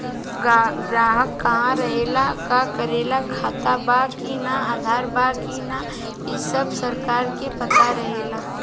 ग्राहक कहा रहेला, का करेला, खाता बा कि ना, आधार बा कि ना इ सब सरकार के पता रहेला